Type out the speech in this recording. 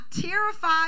terrified